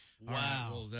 wow